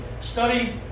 study